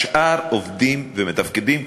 השאר עובדים ומתפקדים,